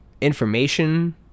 information